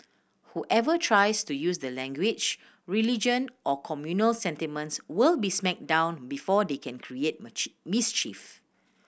whoever tries to use the language religion or communal sentiments will be smacked down before they can create mischief